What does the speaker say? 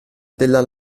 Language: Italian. della